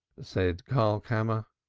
said karlkammer,